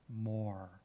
more